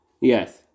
Yes